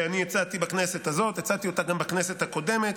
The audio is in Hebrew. שהצעתי בכנסת הזאת, הצעתי אותה גם בכנסת הקודמת.